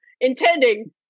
intending